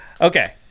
okay